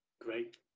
Great